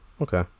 okay